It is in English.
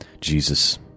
Jesus